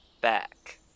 Back